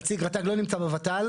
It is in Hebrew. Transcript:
נציג רט"ג לא נמצא בות"ל,